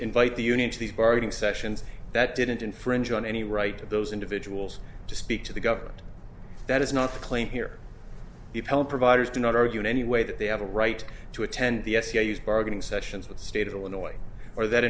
invite the unions these bargaining sessions that didn't infringe on any right of those individuals to speak to the government that is not the claim here providers do not argue in any way that they have a right to attend the s c used bargaining sessions with the state of illinois or that